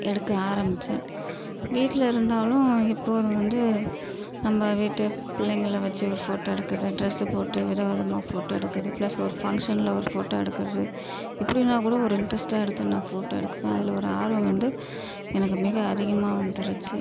எடுக்க ஆரம்பிச்சேன் வீட்டில் இருந்தாலும் இப்போ வந்து நம்ம வீட்டு பிள்ளைங்களை வச்சு ஒரு ஃபோட்டோ எடுக்கிறது ட்ரெஸ் போட்டு விதவிதமாக ஃபோட்டோ எடுக்கிறது பிளஸ் ஒரு ஃபங்க்ஷனில் ஒரு ஃபோட்டோ எடுக்கிறது இப்படிலாம் கூட ஒரு இன்ட்ரஸ்ட்டாக எடுத்து நான் ஃபோட்டோ எடுப்பேன் அதில் ஒரு ஆர்வம் வந்து எனக்கு மிக அதிகமாக வந்துருச்சு